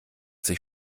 sich